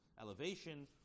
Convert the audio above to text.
elevation